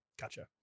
Gotcha